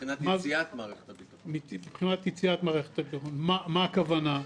מה הכוונה?